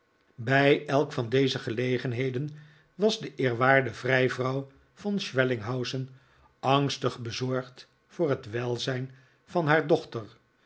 bij elk van deze gelegenheden was de eerwaardige vrijvrouw von schwellinghausen angstig bezorgd voor het welzijn van haar dochter